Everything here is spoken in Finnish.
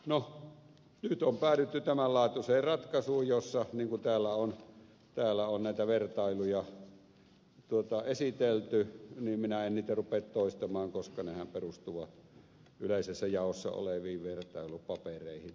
no nyt on päädytty tämän laatuiseen ratkaisuun ja kun täällä on näitä vertailuja esitelty niin minä en niitä rupea toistamaan koska nehän perustuvat yleisessä jaossa oleviin vertailupapereihin